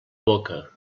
boca